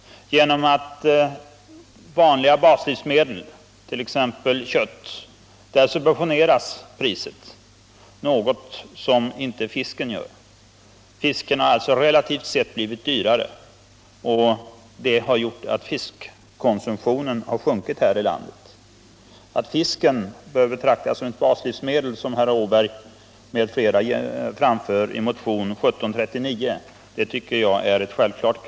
När det gäller sådana baslivsmedel som kött subventioneras priset, något som inte sker när det gäller fisken. Fisken har alltså relativt sett blivit dyrare, och det har gjort att fiskkonsumtionen här i landet har sjunkit. Att fisken bör betraktas som ett baslivsmedel, som herr Åberg m.fl. anför i motion 1739, tycker jag är självklart.